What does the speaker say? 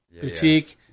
Boutique